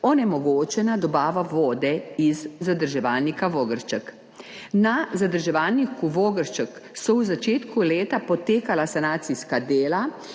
onemogočena dobava vode iz zadrževalnika Vogršček. Na zadrževalniku Vogršček so v začetku leta potekala sanacijska dela